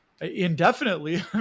indefinitely